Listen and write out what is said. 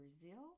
Brazil